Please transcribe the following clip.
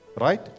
Right